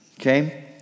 Okay